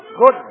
Good